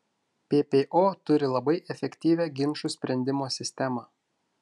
ppo turi labai efektyvią ginčų sprendimo sistemą